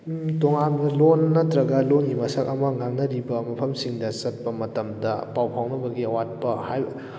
ꯎꯝ ꯇꯣꯉꯥꯟꯕ ꯂꯣꯟ ꯅꯠꯇ꯭ꯔꯒ ꯂꯣꯟꯒꯤ ꯃꯁꯛ ꯑꯃ ꯉꯥꯡꯅꯔꯤꯕ ꯃꯐꯝꯁꯤꯡꯗ ꯆꯠꯄ ꯃꯇꯝꯗ ꯄꯥꯎ ꯐꯥꯎꯅꯕꯒꯤ ꯑꯋꯥꯠꯄ